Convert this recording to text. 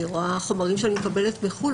אני רואה חומרים שאני מקבלת מחו"ל,